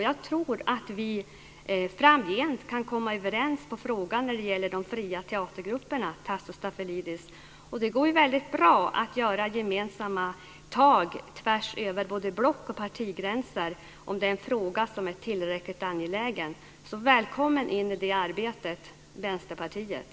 Jag tror att vi framgent kan komma överens i fråga om de fria teatergrupperna, Tasso Stafilidis. Och det går ju väldigt bra att ta gemensamma tag tvärs över både block och partigränser om det är en fråga som är tillräckligt angelägen. Så välkomna in i det arbetet, Vänsterpartiet!